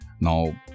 Now